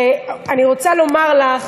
ואני רוצה לומר לך